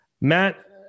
Matt